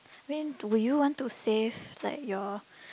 I mean would you want to save like your